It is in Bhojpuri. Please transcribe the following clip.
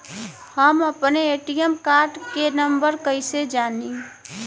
हम अपने ए.टी.एम कार्ड के नंबर कइसे जानी?